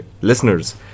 listeners